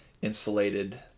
insulated